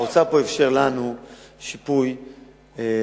האוצר פה אפשר לנו שיפוי בסדר-גודל,